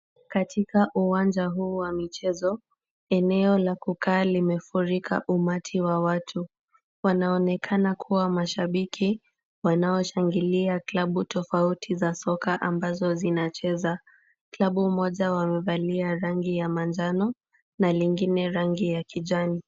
Katika uwanja huu wa michezo, eneo la kukaa limefurika umati wa watu, wanaonekana kunaonekana kuwa mashabiki wanaoshangilia klabu tofauti za soka ambazo zinacheza, Klabu moja wamevalia rangi ya manjano, na lingine rangi ya kijani.